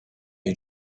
new